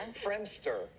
Friendster